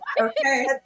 Okay